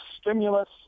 stimulus